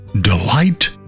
delight